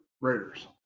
Raiders